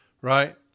right